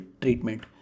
treatment